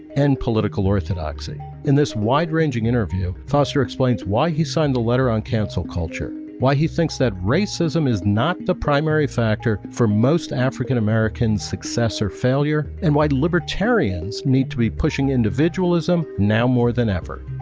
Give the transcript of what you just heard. and political orthodoxy. in this wide-ranging interview foster explains why he signed the letter on cancel culture, why he thinks that racism is not the primary factor for most african-americans success or failure, and why libertarians need to be pushing individualism now more than ever.